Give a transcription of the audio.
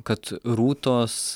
kad rūtos